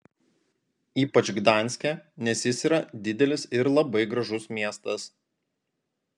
ypač gdanske nes jis yra didelis ir labai gražus miestas